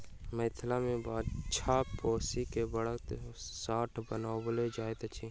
मिथिला मे बाछा पोसि क बड़द वा साँढ़ बनाओल जाइत अछि